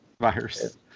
virus